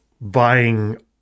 buying